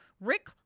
Rick